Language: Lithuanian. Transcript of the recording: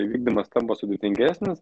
įvykdymas tampa sudėtingesnis